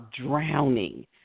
drowning